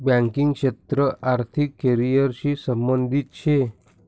banking क्षेत्र आर्थिक career शी संबंधित शे